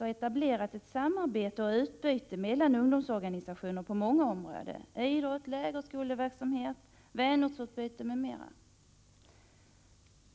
etablerat ett samarbete och utbyte mellan ungdomsorganisationer på många områden — idrott, lägerskoleverksamhet, vänortsutbyte m.m.